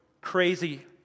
crazy